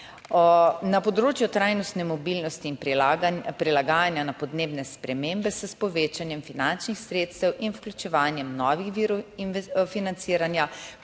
Na področju trajnostne mobilnosti in prilagajanja na podnebne spremembe se s povečanjem finančnih sredstev in vključevanjem novih virov financiranja,